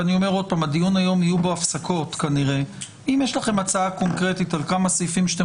ואני אומר שוב שבדיון היום יהיו הפסקות - על כמה סעיפים שאתם